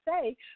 say